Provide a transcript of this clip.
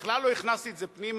ובכלל לא הכנסתי את זה פנימה.